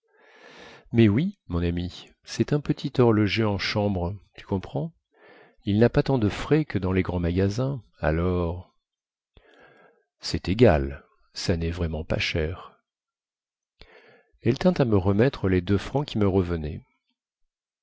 mais oui mon ami cest un petit horloger en chambre tu comprends il na pas tant de frais que dans les grands magasins alors cest égal ça nest vraiment pas cher elle tint à me remettre les deux francs qui me revenaient